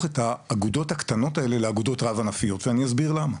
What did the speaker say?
את האגודות הקטנות האלו לאגודות רב ענפיות ואני אסביר למה,